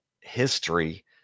history